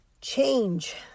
Change